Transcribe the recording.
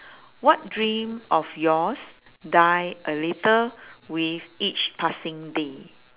what dream of yours die a little with each passing day